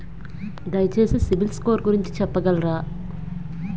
దయచేసి CIBIL score గురించి చెప్పగలరా?